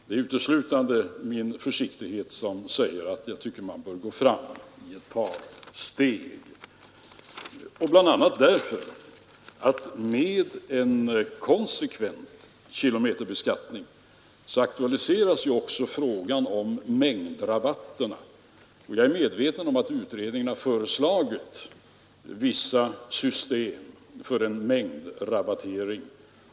Det är uteslutande min försiktighet som säger att man bör gå fram i ett par steg, bl.a. därför att med en konsekvent kilometerbeskattning aktualiseras också frågan om mängdrabatterna. Jag är medveten om att utredningen har föreslagit vissa system för en mängdrabattering.